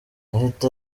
leta